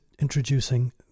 introducing